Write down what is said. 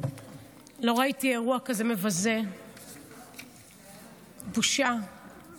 אושרה בקריאה ראשונה ותעבור לדיון בוועדה